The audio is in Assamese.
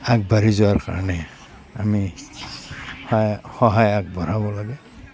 আগবাঢ়ি যোৱাৰ কাৰণে আমি সায় সহায় আগবঢ়াব লাগে